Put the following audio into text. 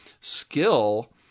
skill